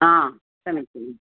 हा समीचीनम्